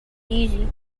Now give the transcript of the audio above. easy